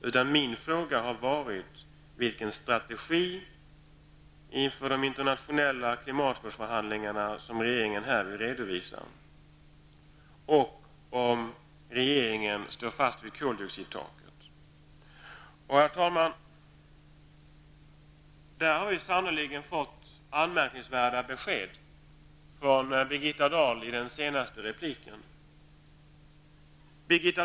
Jag har frågat vilken strategi inför de internationella klimatvårdsförhandlingarna som regeringen här vill redovisa och om regeringen står fast vid koldioxidtaket. Herr talman! Vi har sannerligen fått anmärkningsvärda besked om detta från Birgitta Dahl i hennes senaste inlägg.